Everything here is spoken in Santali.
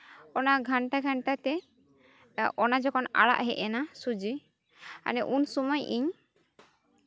ᱚᱱᱟ ᱜᱷᱟᱱᱴᱟ ᱜᱷᱟᱱᱴᱟᱛᱮ ᱚᱱᱟ ᱡᱚᱠᱷᱚᱱ ᱟᱨᱟᱜ ᱦᱮᱡ ᱱᱟ ᱥᱩᱡᱤ ᱟᱫᱚ ᱩᱱ ᱥᱚᱢᱚᱭ ᱤᱧ